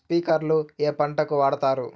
స్ప్రింక్లర్లు ఏ పంటలకు వాడుతారు?